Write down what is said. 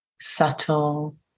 subtle